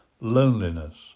loneliness